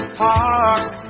park